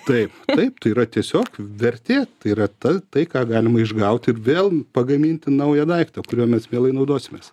taip taip tai yra tiesiog vertė tai yra ta tai ką galima išgauti ir vėl pagaminti naują daiktą kuriuo mes mielai naudosimės